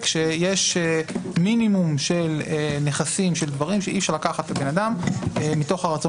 שיש מינימום של דברים שאי-אפשר לקחת מאדם מתוך הרצון